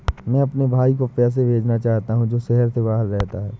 मैं अपने भाई को पैसे भेजना चाहता हूँ जो शहर से बाहर रहता है